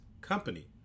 company